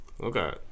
Okay